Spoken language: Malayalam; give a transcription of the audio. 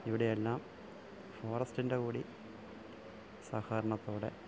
ഇവിടെയെല്ലാം ഫോറസ്റ്റിൻ്റെ കൂടി സഹകരണത്തോടെ